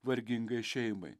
vargingai šeimai